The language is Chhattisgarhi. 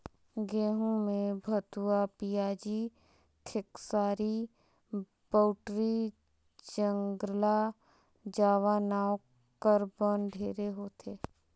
गहूँ में भथुवा, पियाजी, खेकसारी, बउटरी, ज्रगला जावा नांव कर बन ढेरे होथे